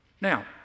Now